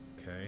okay